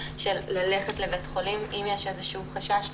ללכת לבית חולים אם יש איזשהו חשש.